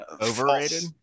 overrated